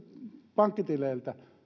pankkitileiltä